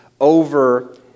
over